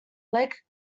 lake